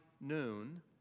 noon